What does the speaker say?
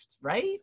right